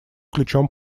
ключом